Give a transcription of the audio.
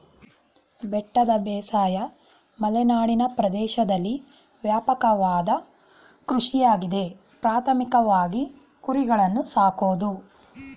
ಬೆಟ್ಟದ ಬೇಸಾಯ ಮಲೆನಾಡಿನ ಪ್ರದೇಶ್ದಲ್ಲಿ ವ್ಯಾಪಕವಾದ ಕೃಷಿಯಾಗಿದೆ ಪ್ರಾಥಮಿಕವಾಗಿ ಕುರಿಗಳನ್ನು ಸಾಕೋದು